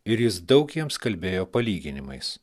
ir jis daug jiems kalbėjo palyginimais